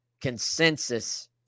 consensus